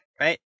right